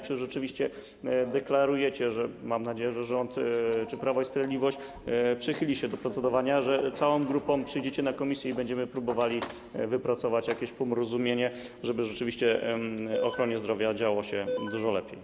Czy rzeczywiście deklarujecie, mam nadzieję, że rząd, czy Prawo i Sprawiedliwość, przychyli się do procedowania, że całą grupą przyjdziecie na posiedzenie komisji i będziemy próbowali wypracować jakieś porozumienie, żeby rzeczywiście w ochronie zdrowia działo się dużo lepiej?